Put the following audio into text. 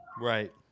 Right